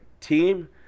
team